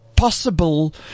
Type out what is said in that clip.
Possible